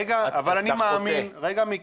רגע, מיקי.